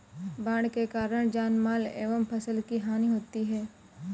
बाढ़ के कारण जानमाल एवं फसल की हानि होती है